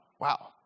Wow